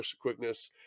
quickness